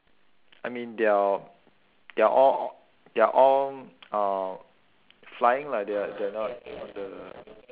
I mean they're they're all o~ they are all uh flying lah they're they're not on the